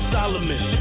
Solomon